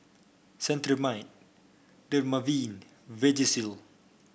Cetrimide Dermaveen Vagisil